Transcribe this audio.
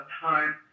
time